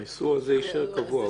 והאיסור הזה יישאר קבוע.